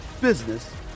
business